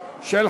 נתקבלה.